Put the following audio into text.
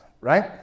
right